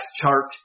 chart